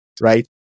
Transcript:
right